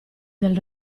del